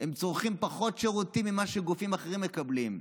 הם צורכים פחות שירותים ממה שגופים אחרים מקבלים.